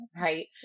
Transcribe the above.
Right